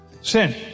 Sin